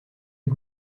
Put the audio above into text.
est